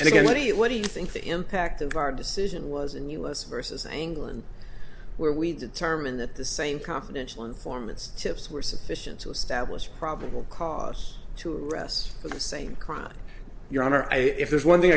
and again what do you what do you think the impact of our decision was an us versus england where we determined that the same confidential informants tips were sufficient to establish probable cause to arrest the same crime your honor i if there's one thing